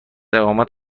اقامت